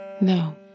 No